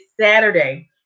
Saturday